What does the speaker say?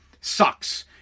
sucks